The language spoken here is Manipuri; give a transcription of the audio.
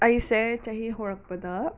ꯑꯩꯁꯦ ꯆꯍꯤ ꯍꯧꯔꯛꯄꯗ